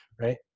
right